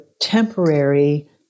temporary